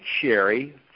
Sherry